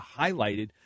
highlighted